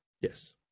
yes